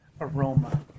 aroma